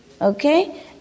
okay